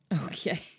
Okay